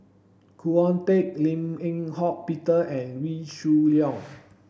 Khoo Oon Teik Lim Eng Hock Peter and Wee Shoo Leong